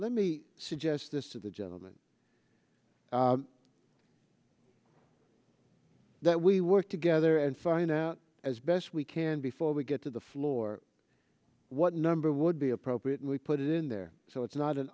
let me suggest this to the gentleman that we work together and find out as best we can before we get to the floor what number would be appropriate and we put it in there so it's not an